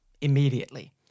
immediately